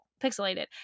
pixelated